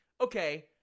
Okay